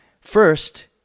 First